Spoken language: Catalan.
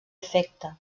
afecte